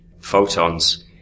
photons